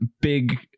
big